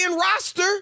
roster